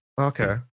Okay